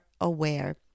aware